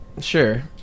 Sure